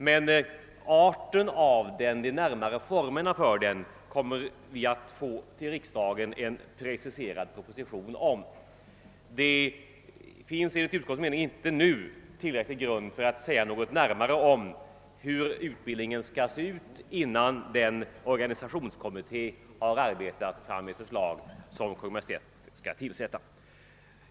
Men dess art och de närmare formerna för den kommer vi i riksdagen att få en preciserad proposition om. Innan den organisationskommitté som Kungl. Maj:t skall tillsätta har arbetat fram ett förslag finns det enligt utskottets mening inte tillräcklig grund för att säga något närmare om hur utbildningen skall se ut.